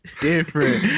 Different